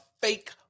fake